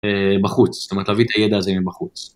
בחוץ, זאת אומרת להביא את הידע הזה מחוץ.